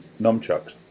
nunchucks